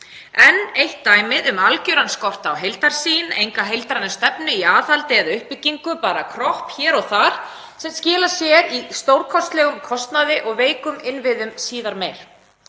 enn eitt dæmið um algjöran skort á heildarsýn, enga heildræna stefnu í aðhaldi eða uppbyggingu, bara kropp hér og þar sem skilar sér í stórkostlegum kostnaði og veikum innviðum síðar meir.